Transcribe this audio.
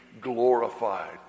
glorified